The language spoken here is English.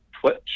Twitch